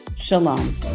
Shalom